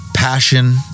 Passion